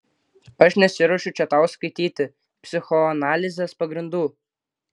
aš nesiruošiu čia tau skaityti psichoanalizės pagrindų